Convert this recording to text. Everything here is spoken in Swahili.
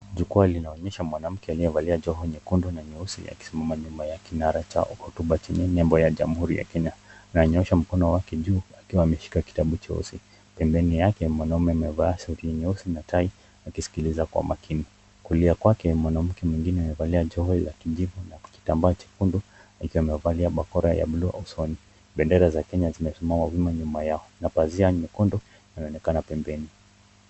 Jukwa linaoonyesha mwanamke aliyevalia joho nyekundu na nyeusi akisimama nyuma ya kinara cha hotuba chenye nembo ya jamhuri ya Kenya na ananyoosha mkono wake juu akiwa ameshika kitabu cheusi. Pembeni yake mwanamume amevaa suti nyeusi na tai akisikiliza kwa makini. Kulia kwake mwanamke mwengine amevalia joho la kijivu na kitambaa chekundu akiwa amevalia bakora jekundu usoni. Bendera za Kenya zinasimama wima nyuma yao na pazia nyekundu inaonekana pembeni.